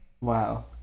wow